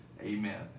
Amen